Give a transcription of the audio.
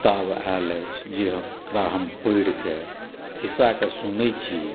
किताब आयल अछि जेकरा हम पैढ़ कए खीस्सा के सुनै छी